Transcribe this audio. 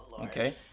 okay